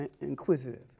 inquisitive